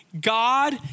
God